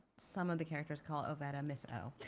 some of the characters call ovetta miss o.